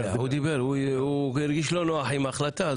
הוא הרגיש לא נוח עם ההחלטה,